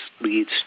leads